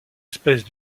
espèce